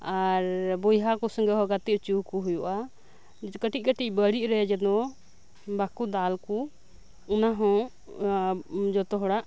ᱟᱨ ᱵᱚᱭᱦᱟ ᱠᱚ ᱥᱚᱸᱜᱮ ᱦᱚᱸ ᱜᱟᱛᱮ ᱦᱚᱪᱚ ᱠᱚ ᱦᱳᱭᱳᱜᱼᱟ ᱠᱟᱴᱤᱡ ᱠᱟᱴᱤᱡ ᱵᱟᱲᱤᱡ ᱨᱮ ᱡᱮᱱᱚ ᱵᱟᱠᱚ ᱫᱟᱞ ᱠᱚ ᱚᱱᱟ ᱦᱚᱸ ᱡᱷᱚᱛᱚ ᱦᱚᱲᱟᱜ